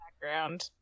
background